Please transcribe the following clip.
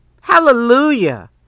Hallelujah